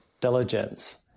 diligence